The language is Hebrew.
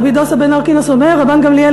רבי דוסא בן הרכינס אומר: רבן גמליאל,